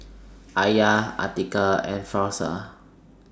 Alya Atiqah and Firash